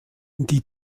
die